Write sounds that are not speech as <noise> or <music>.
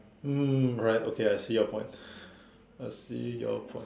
mm right okay I see your point <breath> I see your point